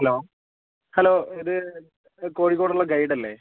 hello hello ഇത് കോഴിക്കോടുള്ള guide അല്ലേ